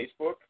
Facebook